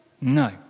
No